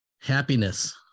happiness